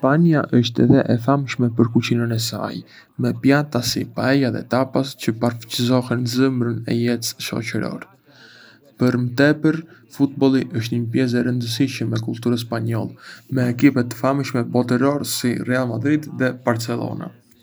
Spanja është edhé e famshme për kuzhinën e saj, me pjata si paella dhe tapas çë përfaçësojnë zemrën e jetës shoçërore. Për më tepër, futbolli është një pjesë e rëndësishme e kulturës spanjolle, me ekipe të famshme botërore si Real Madrid dhe Barcelona.